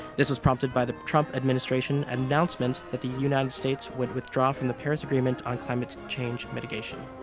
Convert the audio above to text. this was prompted by the trump administration announcement that the united states would withdraw from the paris agreement on climate change mitigation.